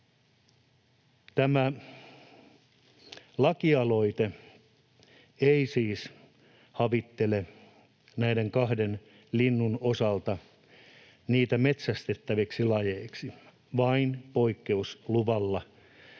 Tämä lakialoite ei siis havittele näitä kahta lintua metsästettäviksi lajeiksi vaan vain poikkeusluvalla